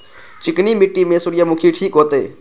चिकनी मिट्टी में सूर्यमुखी ठीक होते?